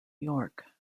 york